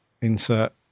insert